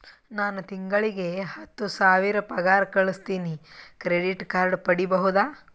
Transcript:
ನಾನು ತಿಂಗಳಿಗೆ ಹತ್ತು ಸಾವಿರ ಪಗಾರ ಗಳಸತಿನಿ ಕ್ರೆಡಿಟ್ ಕಾರ್ಡ್ ಪಡಿಬಹುದಾ?